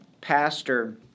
pastor